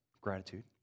gratitude